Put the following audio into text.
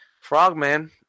Frogman